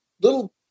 little